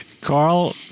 Carl